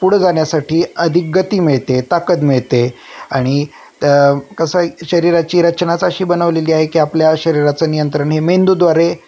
पुढं जाण्यासाठी अधिक गती मिळते ताकद मिळते आणि त कसं शरीराची रचनाचं अशी बनवलेली आहे की आपल्या शरीराचं नियंत्रण हे मेंदू द्वारे